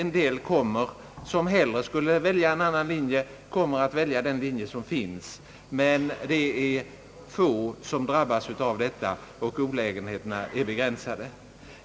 En del studerande som hellre skulle vilja välja en annan linje kommer att välja den linje som finns, men det är få som drabbas av detta, och olägenheterna är begränsade.